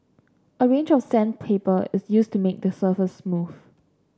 a range of sandpaper is used to make the surface smooth